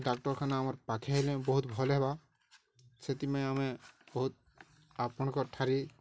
ଡ଼ାକ୍ତରଖାନା ଆମର୍ ପାଖେ ହେଲେ ବହୁତ ଭଲ ହେବା ସେଥିପାଇଁ ଆମେ ବହୁତ ଆପଣଙ୍କର ଠାରି